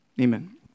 Amen